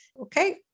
okay